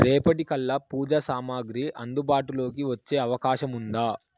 రేపటి కల్లా పూజ సామాగ్రి అందుబాటులోకి వచ్చే అవకాశం ఉందా